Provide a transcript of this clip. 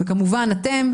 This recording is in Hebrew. הצפנו.